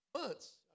months